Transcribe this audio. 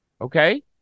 Okay